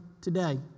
today